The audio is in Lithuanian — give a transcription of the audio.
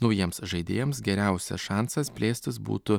naujiems žaidėjams geriausias šansas plėstis būtų